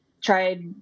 tried